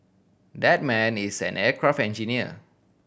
that man is an aircraft engineer